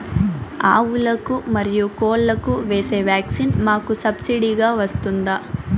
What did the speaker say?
ఆవులకు, మరియు కోళ్లకు వేసే వ్యాక్సిన్ మాకు సబ్సిడి గా వస్తుందా?